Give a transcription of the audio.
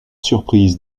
surprise